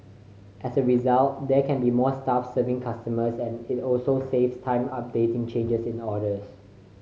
as a result there can be more staff serving customers and it also saves time updating changes in orders